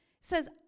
says